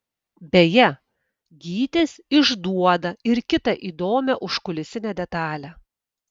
beje gytis išduoda ir kitą įdomią užkulisinę detalę